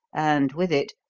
and, with it,